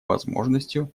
возможностью